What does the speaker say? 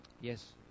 yes